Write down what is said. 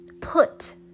put